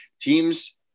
Teams –